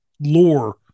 lore